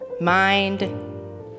mind